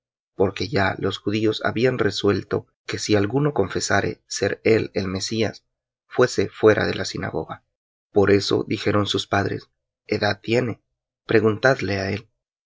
porque ya los judíos habían resuelto que si alguno confesase ser él el mesías fuese fuera de la sinagoga por eso dijeron sus padres edad tiene preguntadle á él